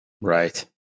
right